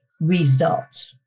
results